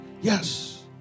Yes